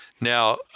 Now